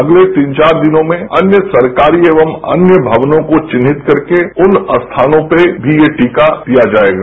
अगले तीन चार दिनों में अन्य सरकारी एवं अन्य भवनों को चिन्हित करके उन स्थानों पर भी ये टीका दिया जायेगा